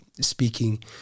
Speaking